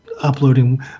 Uploading